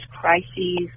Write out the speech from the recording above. crises